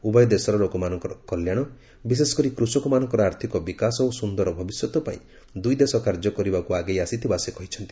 ଉଭୟ ଦେଶର ଲୋକମାନଙ୍କର କଲ୍ୟାଣ ବିଶେଷକରି କୃଷକମାନଙ୍କର ଆର୍ଥକ ବିକାଶ ଓ ସୁନ୍ଦର ଭବିଷ୍ୟତ ପାଇଁ ଦୁଇଦେଶ କାର୍ଯ୍ୟ କରିବାକୁ ଆଗେଇ ଆସିଥିବା ସେ କହିଛନ୍ତି